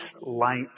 light